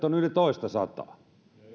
on yli toistasataa